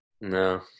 no